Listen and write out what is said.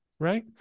Right